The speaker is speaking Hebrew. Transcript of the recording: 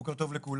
בוקר טוב לכולם.